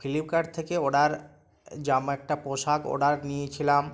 Flipkart থেকে order জামা একটা পোশাক অর্ডার নিয়েছিলাম